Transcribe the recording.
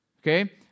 Okay